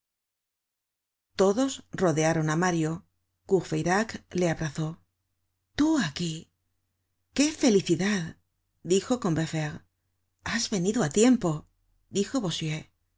todos rodearon á mario courfeyrac le abrazó tú aquí qué felicidad dijo combeferre has venido á tiempo dijo bossuet